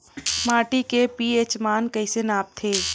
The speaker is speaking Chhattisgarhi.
माटी के पी.एच मान कइसे मापथे?